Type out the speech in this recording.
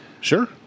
Sure